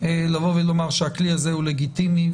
לבוא ולומר שהכלי הזה הוא לגיטימי,